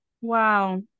Wow